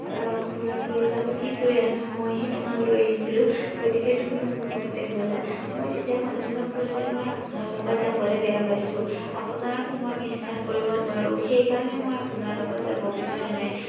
খুৰা খুৰীৰ লগত কি কৰি আছা মইহে তোমাক লৈ আহিছিলোঁ গতিকে তুমি মোৰ লগতে ব'লা মই তেতিয়া মানুহজনক ক'লোঁ যে মই আপোনাৰ লগত যাবলৈ বেয়া পাইছোঁ আপোনাক মই বিশ্বাস কৰিব নোৱাৰোঁ সেইকাৰণে মই আপোনাৰ লগত যাব বিচৰা নাই